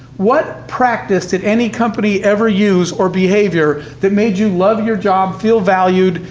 what practice did any company ever use, or behavior, that made you love your job, feel valued,